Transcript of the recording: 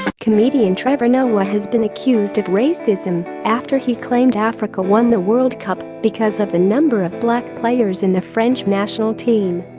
comedian trevor noah has been accused of racism after he claimed africa won the world cup because of the number of black players in the french national team